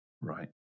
Right